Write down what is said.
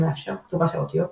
שמאפשר תצוגה של אותיות,